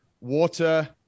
water